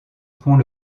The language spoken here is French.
pont